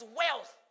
wealth